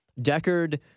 Deckard